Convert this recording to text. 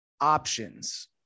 options